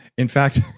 in fact,